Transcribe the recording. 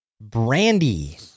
Brandy